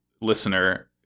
listener